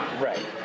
right